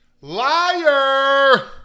Liar